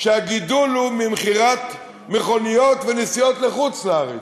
שהגידול הוא ממכירת מכוניות ומנסיעות לחוץ-לארץ,